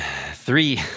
Three